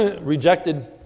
rejected